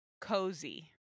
cozy